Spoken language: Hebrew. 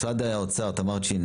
תמר צ'ין, משרד האוצר, בבקשה.